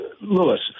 Lewis